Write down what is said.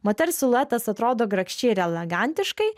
moters siluetas atrodo grakščiai ir elegantiškai